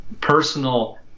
personal